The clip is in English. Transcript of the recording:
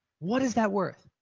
what is that word?